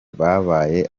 babaye